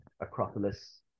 Acropolis